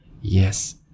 yes